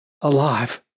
alive